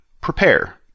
prepare